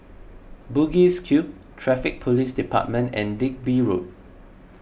Bugis Cube Traffic Police Department and Digby Road